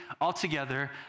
altogether